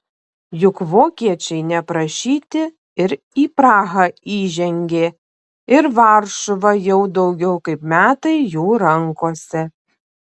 juk vokiečiai neprašyti ir į prahą įžengė ir varšuva jau daugiau kaip metai jų rankose